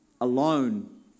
alone